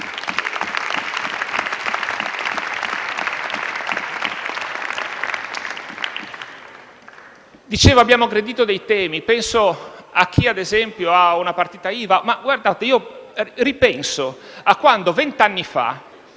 Dicevo, abbiamo aggredito dei temi. Penso a chi, ad esempio, ha una partita IVA. Io ripenso a quando, vent'anni fa,